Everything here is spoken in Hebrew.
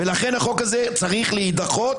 ולכן החוק הזה צריך להידחות.